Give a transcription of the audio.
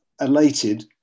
elated